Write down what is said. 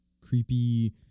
creepy